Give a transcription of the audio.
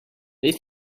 they